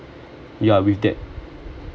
you're with that